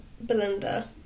Belinda